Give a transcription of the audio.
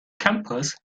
campus